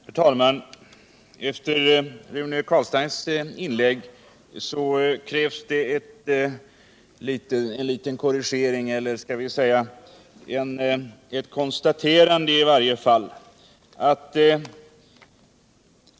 Herr talman! Efter Rune Carlsteins inlägg krävs det en liten korrigering — eller i varje fall krävs det att jag gör ett konstaterande.